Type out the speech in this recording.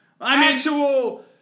Actual